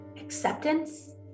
acceptance